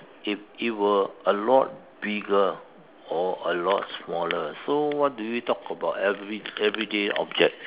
if it were a lot bigger or a lot smaller so what do we talk about every~ everyday object